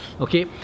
Okay